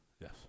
Yes